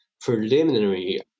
preliminary